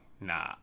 nah